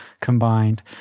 combined